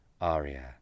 Aria